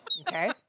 Okay